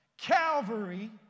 Calvary